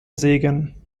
segen